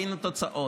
והינה התוצאות.